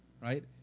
right